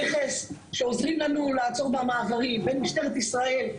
שעוזרים לנו לעצור במעברים בין משטרת ישראל.